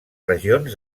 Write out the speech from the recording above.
regions